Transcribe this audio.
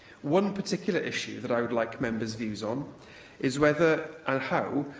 one particular issue that i would like members' views on is whether, and how,